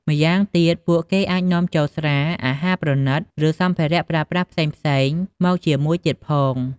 ម្យ៉ាងទៀត ពួកគេអាចនាំចូលស្រា អាហារប្រណីត ឬសម្ភារៈប្រើប្រាស់ផ្សេងៗមកជាមួយទៀតផង។